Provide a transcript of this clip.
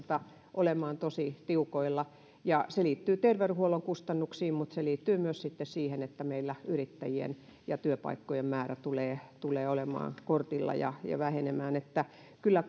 olemaan tosi tiukoilla ja se liittyy terveydenhuollon kustannuksiin mutta se liittyy sitten myös siihen että meillä yrittäjien ja työpaikkojen määrä tulee tulee olemaan kortilla ja ja vähenemään kyllä